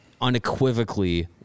unequivocally